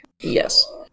Yes